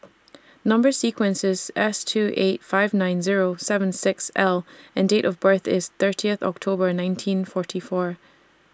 Number sequence IS S two eight five nine Zero seven six L and Date of birth IS thirtieth October nineteen forty four